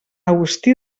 agustí